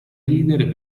ridere